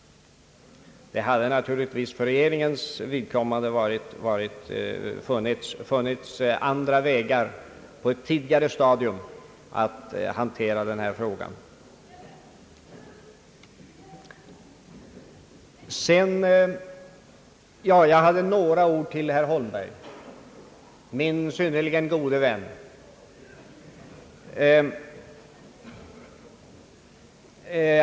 Det hade naturligtvis för regeringens vidkommande funnits andra vägar på ett tidigare stadium att hantera denna fråga. Sedan hade jag några ord till herr Holmberg.